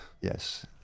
Yes